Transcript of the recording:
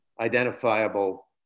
identifiable